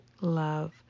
love